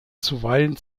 zuweilen